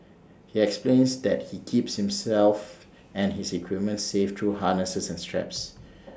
he explains that he keeps himself and his equipment safe through harnesses and straps